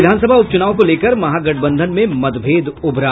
विधानसभा उपचूनाव को लेकर महागठबंधन में मतभेद उभरा